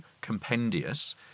compendious